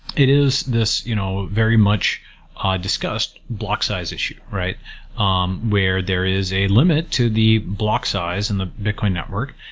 it is this you know very much ah discussed block size issue um where there is a limit to the block size in the bitcoin network,